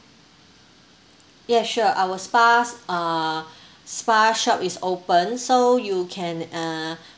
yes sure our spas uh spa shop is open so you can uh